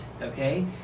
okay